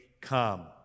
come